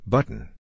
Button